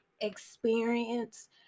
experience